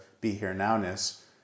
be-here-now-ness